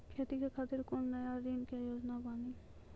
खेती के खातिर कोनो नया ऋण के योजना बानी?